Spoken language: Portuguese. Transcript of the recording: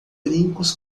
brincos